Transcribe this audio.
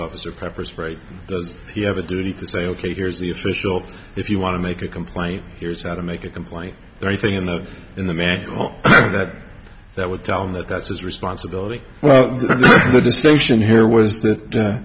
officer pepper sprayed does he have a duty to say ok here's the official if you want to make a complaint here's how to make a complaint or anything in the in the manner that that would tell him that that's his responsibility well the distinction here was